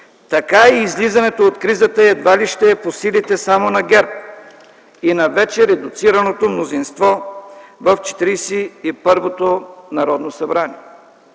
така и излизането от кризата едва ли ще е по силите само на ГЕРБ и на вече редуцираното мнозинство в 41-ото Народно събрание.